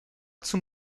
zum